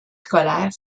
scolaires